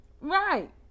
Right